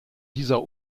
dieser